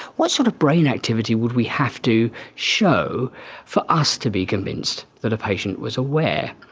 what sort of brain activity would we have to show for us to be convinced that a patient was aware?